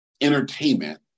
entertainment